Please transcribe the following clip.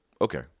okay